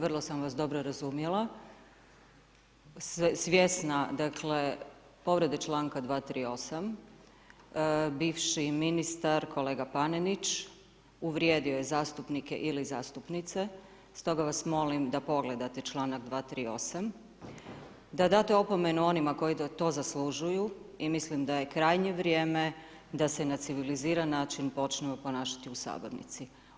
Vrlo sam vas dobro razumjela, svjesna povrede članka 238. bivši ministar kolega Panenić, uvrijedio je zastupnike ili zastupnice, stoga vas molim da pogledate članak 238. da date opomenu onima koji to zaslužuju i mislim da je krajnje vrijeme da se na civiliziran način počnu ponašati u sabornici.